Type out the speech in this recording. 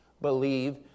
believe